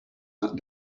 that